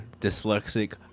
dyslexic